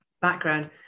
background